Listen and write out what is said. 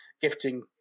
gifting